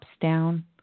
down